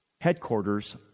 Headquarters